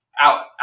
out